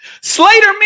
Slater